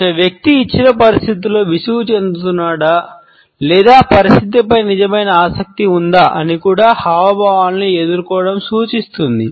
ఒక వ్యక్తి ఇచ్చిన పరిస్థితిలో విసుగు చెందుతున్నాడా లేదా పరిస్థితిపై నిజమైన ఆసక్తి ఉందా అని కూడా హావభావాలను ఎదుర్కోవడం సూచిస్తుంది